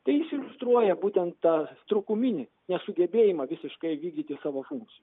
tai jis iliustruoja būtent tą trūkuminį nesugebėjimą visiškai vykdyti savo funkcijų